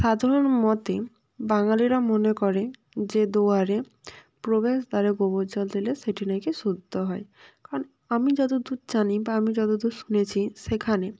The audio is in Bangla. সাধারণ মতে বাঙালিরা মনে করে যে দুয়ারে প্রবেশ দ্বারে গোবর জল দিলে সেটি নাকি শুদ্ধ হয় কারণ আমি যতো দূর জানি বা আমি যতো দূর শুনেছি সেখানে